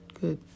Good